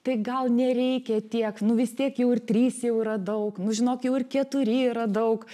tai gal nereikia tiek nu vis tiek jau ir trys jau yra daug nu žinok jau ir keturi yra daug